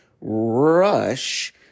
rush